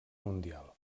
mundial